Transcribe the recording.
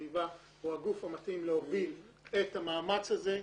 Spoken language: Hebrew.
הסביבה הם הגופים המתאימים להוביל את המאמץ הזה.